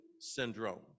syndrome